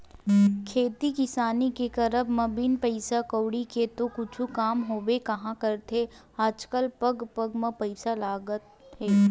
खेती किसानी के करब म बिन पइसा कउड़ी के तो कुछु काम होबे काँहा करथे आजकल पग पग म पइसा लगना हे